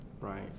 right